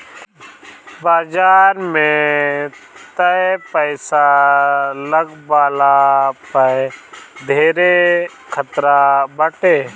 बाजार में तअ पईसा लगवला पअ धेरे खतरा बाटे